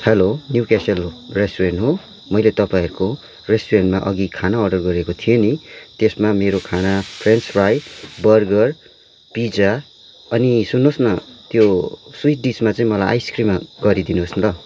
hello new castle restaurant हो मैले तपाईँहरूको रेस्टुरेन्टमा अघि खाना अर्डर गरेको थिएँ नि त्यसमा मेरो खाना फ्रेन्च फ्राई बर्गर पिज्जा अनि सुन्नुहोस् न त्यो स्विट डिसमा चाहिँ मलाई आइस क्रिम गरिदिनुहोस् न ल